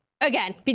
again